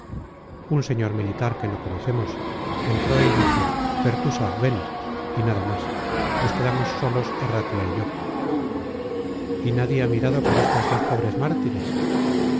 un señor militar que no conocemos entró y dijo pertusa ven y nada más nos quedamos solos arratia y yo y nadie ha mirado por estos dos pobres mártires